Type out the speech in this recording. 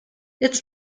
its